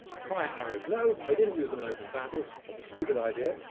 fire arrows. no, they didn't use them in open battle, that's a stupid idea.